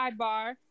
sidebar